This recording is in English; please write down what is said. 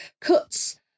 cuts